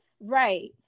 right